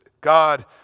God